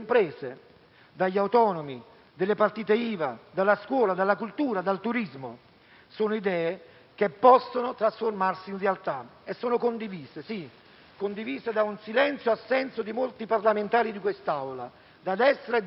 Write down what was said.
dagli autonomi, dalle partite IVA, dalla scuola, dalla cultura e dal turismo: sono idee che possono trasformarsi in realtà e sono condivise, sì, da un silenzio-assenso di molti parlamentari di quest'Aula, da destra e da sinistra.